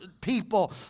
people